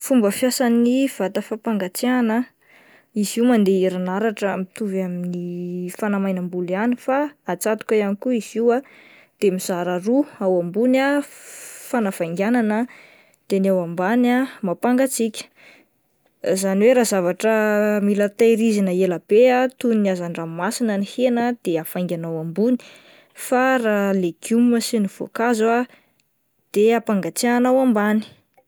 Fomba fiasan'ny vata fapangatsiahiana izy io mandeha herinaratra mitovy amin'ny fanamainam-bolo ihany fa atsatoka ihany koa izy io ah, de mizara roa ao ambony f-fanavainganana de ny ao ambany ah mampangatsiaka izany hoe raha zavatra mila tehirizina ela be toy ny hazan-dranomasina ,ny hena, de havaingana ao ambony fa raha legioma sy ny voankazo ah de ampangatsiahina ao ambany.